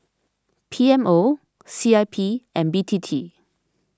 P M O C I P and B T T